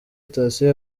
sitasiyo